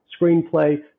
screenplay